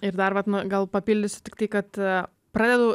ir dar vat gal papildysiu tiktai kad pradedu